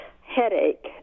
headache